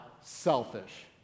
selfish